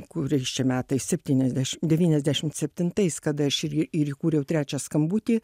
kuriais čia metais septyniasdeš devyniasdešimt septintais kada aš ir į ir įkūriau trečią skambutį